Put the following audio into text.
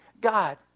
God